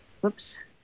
whoops